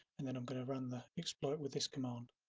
and then i'm going to run the exploit with this command